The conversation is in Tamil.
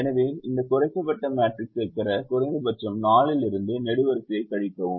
எனவே இந்த குறைக்கப்பட்ட மேட்ரிக்ஸைப் பெற குறைந்தபட்சம் 4 இலிருந்து நெடுவரிசையை கழிக்கவும்